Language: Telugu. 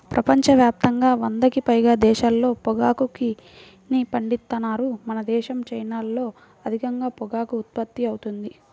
ప్రపంచ యాప్తంగా వందకి పైగా దేశాల్లో పొగాకుని పండిత్తన్నారు మనదేశం, చైనాల్లో అధికంగా పొగాకు ఉత్పత్తి అవుతుంది